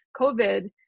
covid